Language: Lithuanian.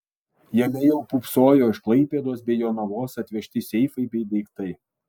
jame jau pūpsojo iš klaipėdos bei jonavos atvežti seifai bei daiktai